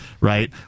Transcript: Right